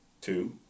Two